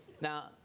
Now